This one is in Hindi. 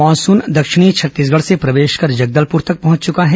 मानसून दक्षिणी छत्तीसगढ़ से प्रवेश कर जगलदपुर तक पहुंच चुका है